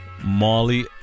Molly